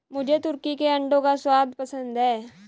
मुझे तुर्की के अंडों का स्वाद पसंद है